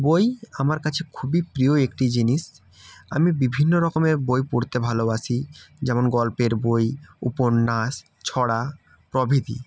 বই আমার কাছে খুবই প্রিয় একটি জিনিস আমি বিভিন্ন রকমের বই পড়তে ভালোবাসি যেমন গল্পের বই উপন্যাস ছড়া প্রভৃতি